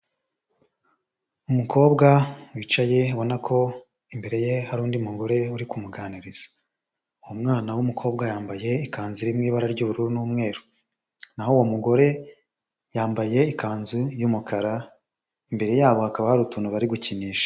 Umukobwa wicaye ubona ko imbere ye hari undi mugore uri kumuganiriza. Uwo mwana w'umukobwa yambaye ikanzu iri mu ibara ry'ubururu n'umweru, naho uwo mugore yambaye ikanzu y'umukara, imbere yabo hakaba hari utuntu bari gukinisha.